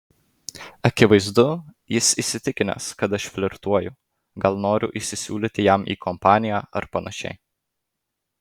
akivaizdu jis įsitikinęs kad aš flirtuoju gal noriu įsisiūlyti jam į kompaniją ar panašiai